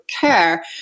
care